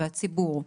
הציבור,